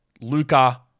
Luca